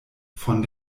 von